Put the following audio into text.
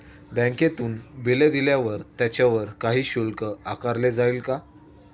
बँकेतून बिले दिल्यावर त्याच्यावर काही शुल्क आकारले जाईल का?